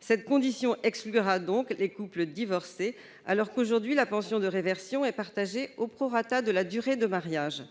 Cette condition exclura donc les couples divorcés, alors qu'aujourd'hui la pension de réversion et partagée au prorata de la durée du mariage.